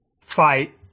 fight